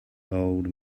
old